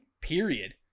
Period